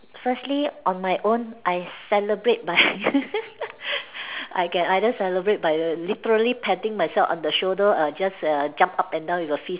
firstly on my own I celebrate by I can either celebrate by literally patting myself on the shoulder or just err jump up and down with a fist